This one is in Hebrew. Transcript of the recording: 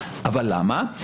אבל למה?